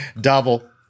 double